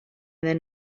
then